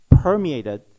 permeated